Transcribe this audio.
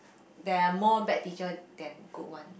there are more bad teacher than good one